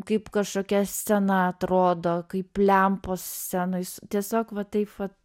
kaip kažkokia scena atrodo kaip lempos scenoj tiesiog va taip va